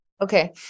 Okay